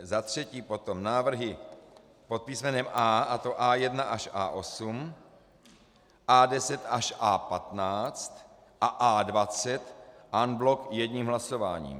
Za třetí potom návrhy pod písmenem A, a to A1 až A8, A10 až A15 a A20 en bloc jedním hlasováním.